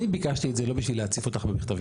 אני ביקשתי את זה לא בשביל להציף אותך במכתבים,